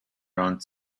around